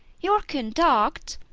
your conduct,